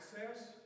access